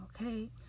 Okay